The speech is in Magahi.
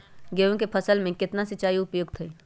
गेंहू के फसल में केतना सिंचाई उपयुक्त हाइ?